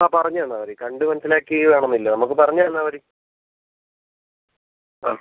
ആ പറഞ്ഞു തന്നാൽ മതി കണ്ടുമനസ്സിലാക്കി വേണം എന്നില്ല നമുക്ക് പറഞ്ഞുതന്നാൽ മതി ആ